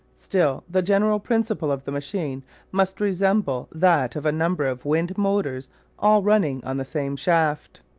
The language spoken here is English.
still the general principle of the machine must resemble that of a number of wind motors all running on the same shaft.